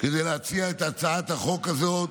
כדי להציע את הצעת החוק הזאת,